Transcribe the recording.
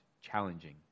challenging